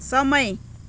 समय